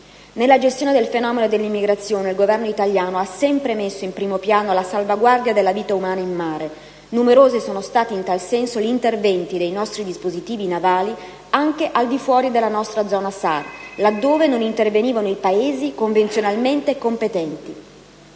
Nella gestione del fenomeno dell'immigrazione, il Governo italiano ha sempre messo in primo piano la salvaguardia della vita umana in mare, numerosi sono stati in tal senso gli interventi dei nostri dispositivi navali anche al di fuori della nostra zona SAR laddove non intervenivano i Paesi convenzionalmente competenti.